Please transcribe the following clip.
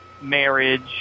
Marriage